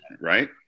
Right